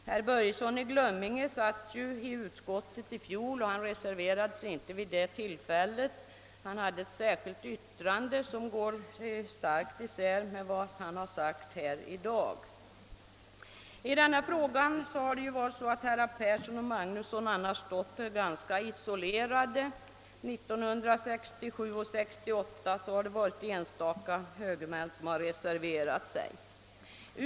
Herr Börjesson i Glömminge satt i utskottet i fjol och reserverade sig inte vid det tillfället, men han gjorde ett särskilt yttrande, som i långa stycken strider mot vad han har sagt här i dag. I denna fråga har herrar Persson och Magnusson annars stått ganska isolerade. År 1967 och år 1968 har enstaka högermän reserverat sig.